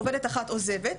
עובדת אחת עוזבת,